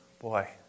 boy